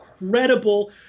incredible